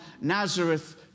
Nazareth